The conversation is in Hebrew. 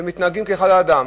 והם מתנהגים כאחד האדם.